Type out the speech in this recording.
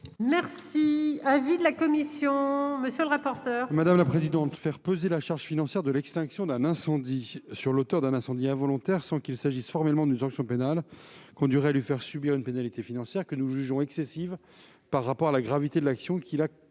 est l'avis de la commission ? Faire peser la charge financière de l'extinction d'un incendie sur l'auteur d'un incendie involontaire sans qu'il s'agisse formellement d'une sanction pénale conduirait à lui faire subir une pénalité financière que nous jugeons excessive par rapport à la gravité de l'action qu'il a pourtant